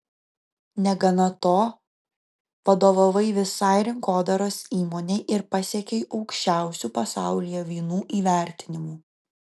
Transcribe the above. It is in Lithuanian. negana to vadovavai visai rinkodaros įmonei ir pasiekei aukščiausių pasaulyje vynų įvertinimų